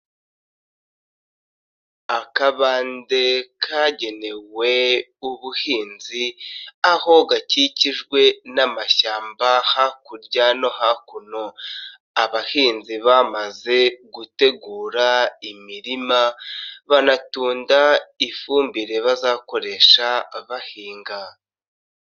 Akabande kagenewe ubuhinzi, aho gakikijwe n'amashyamba hakurya no hakuno, abahinzi bamaze gutegura imirima banatunda ifumbire bazakoresha bahinga.